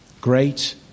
Great